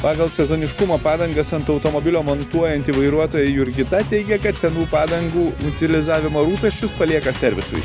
pagal sezoniškumą padangas ant automobilio montuojanti vairuotoja jurgita teigia kad senų padangų utilizavimo rūpesčius palieka servisui